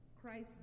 Christ